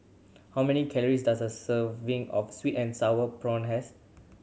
how many calories does a serving of sweet and sour prawn has